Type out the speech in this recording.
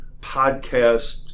podcast